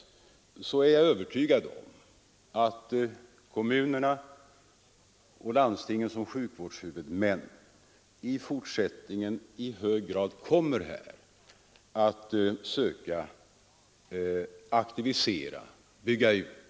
Jag är övertygad om att kommunerna och landstingen i fortsättningen i hög Nr 78 grad kommer att söka aktivisera och bygga ut verksamheten.